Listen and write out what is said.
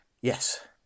Yes